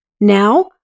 Now